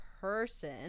person